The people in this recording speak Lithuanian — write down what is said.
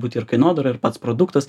būti ir kainodara ir pats produktas